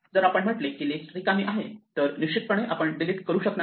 जर आपण म्हटले की लिस्ट रिकामी आहे तर निश्चितपणे आपण डिलीट करू शकणार नाही